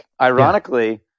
ironically